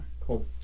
cool